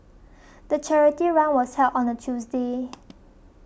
the charity run was held on a Tuesday